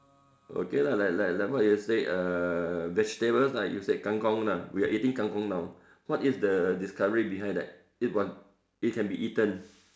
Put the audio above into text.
okay lah like like like what you say err vegetable lah you say kang-kong lah we are eating kang-kong now what is the discovery behind that it was it can be eaten